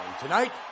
Tonight